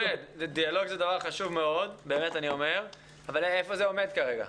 דיאלוג זה דבר חשוב מאוד אבל איפה זה עומד כרגע?